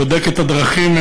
בודק את הדרכים,